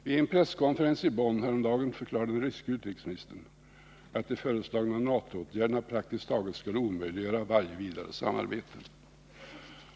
Vid en presskonferens i Bonn häromdagen förklarade den ryske utrikesministern att de föreslagna NATO-åtgärderna praktiskt taget skulle omöjliggöra varje vidare samarbete.